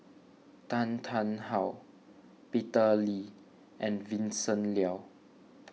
Tan Tarn How Peter Lee and Vincent Leow